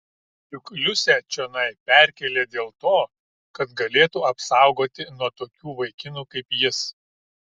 juk liusę čionai perkėlė dėl to kad galėtų apsaugoti nuo tokių vaikinų kaip jis